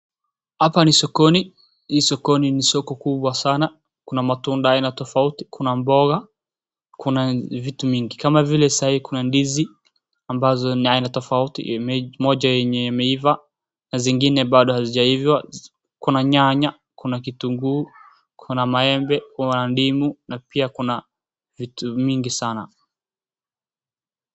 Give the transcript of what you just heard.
Hapa ni sokoni. Hii sokoni ni soko kubwa sana, kuna matunda aina tofauti kuna mboga, kuna vitu mingi kama vile sai kuna ndizi ambozo ni aina tofauti moja yenye imeiva na zingine bado hazijaivaa, kuna nyanya, kuna kitunguu, kuna maembe, kuna ndimu na pia kuna vitu mingi sana.